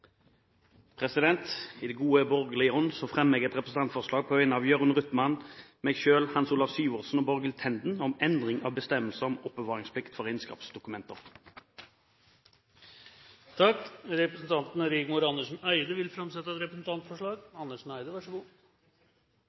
I god borgerlig ånd fremmer jeg et representantforslag på vegne av Jørund Rytman, Hans Olav Syversen, Borghild Tenden og meg selv om endring av bestemmelser om oppbevaringsplikt for regnskapsdokumenter. Representanten Rigmor Andersen Eide vil framsette et representantforslag.